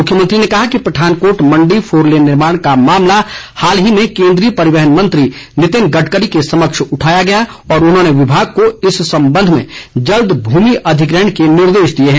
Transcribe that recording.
मुख्यमंत्री ने कहा कि पठानकोट मण्डी फोरलेन निर्माण का मामला हाल ही में केन्द्रीय परिवहन मंत्री नितिन गडकरी के समक्ष उठाया गया और उन्होंने विभाग को इस संबंध में जल्द भूमि अधिग्रहण के निर्देश दिए हैं